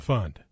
Fund